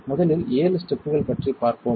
முதலில் 7 ஸ்டெப்கள் பற்றி பார்ப்போம்